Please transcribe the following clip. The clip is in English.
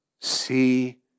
see